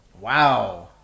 Wow